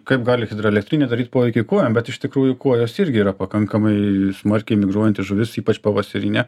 kaip gali hidroelektrinė daryt poveikį kuojom bet iš tikrųjų kuojos irgi yra pakankamai smarkiai migruojanti žuvis ypač pavasarinė